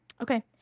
Okay